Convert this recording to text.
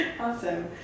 Awesome